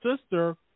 sister